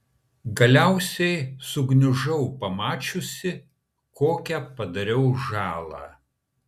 galiausiai sugniužau pamačiusi kokią padariau žalą